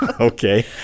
okay